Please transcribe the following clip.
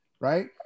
right